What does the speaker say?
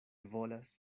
volas